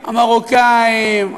המרוקאים,